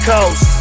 Coast